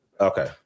Okay